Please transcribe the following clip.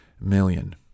million